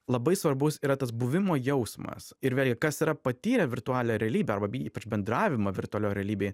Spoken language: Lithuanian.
labai svarbus yra tas buvimo jausmas ir vėlgi kas yra patyrę virtualią realybę arba ypač bendravimą virtualioj realybėj